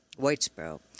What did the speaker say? Whitesboro